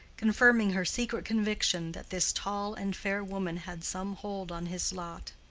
confirming her secret conviction that this tall and fair woman had some hold on his lot.